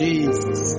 Jesus